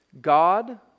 God